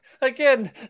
again